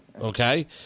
Okay